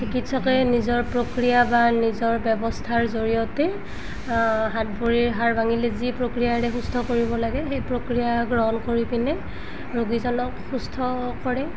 চিকিৎসকে নিজৰ প্ৰক্ৰিয়া বা নিজৰ ব্যৱস্থাৰ জৰিয়তে হাত ভৰিৰ হাড় ভাঙিলে যি প্ৰক্ৰিয়াৰে সুস্থ কৰিব লাগে সেই প্ৰক্ৰিয়া গ্ৰহণ কৰি পিনে ৰোগীজনক সুস্থ কৰে